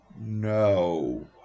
No